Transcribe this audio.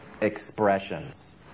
expressions